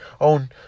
own